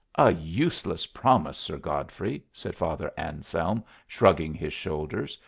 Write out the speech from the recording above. a useless promise, sir godfrey! said father anselm, shrugging his shoulders.